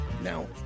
Now